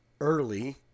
early